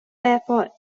airport